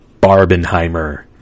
Barbenheimer